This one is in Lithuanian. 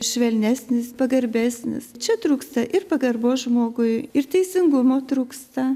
švelnesnis pagarbesnis čia trūksta ir pagarbos žmogui ir teisingumo trūksta